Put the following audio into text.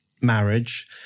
marriage